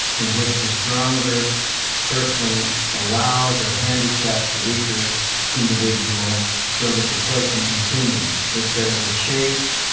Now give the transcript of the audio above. in which the stronger person allows or handicaps the weaker individual so that the play can continue. if there is a chase,